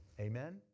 Amen